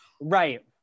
right